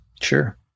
Sure